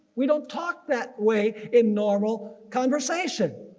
we don't talk that way in normal conversation.